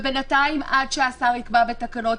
ובינתיים עד שהשר יקבע בתקנות?